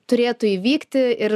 turėtų įvykti ir